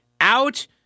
out